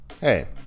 Hey